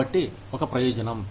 కాబట్టి ఒక ప్రయోజనం